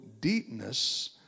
deepness